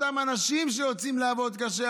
אותם אנשים שיוצאים לעבוד קשה,